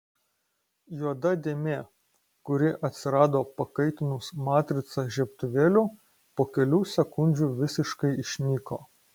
juoda dėmė kuri atsirado pakaitinus matricą žiebtuvėliu po kelių sekundžių visiškai išnyko